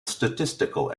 statistical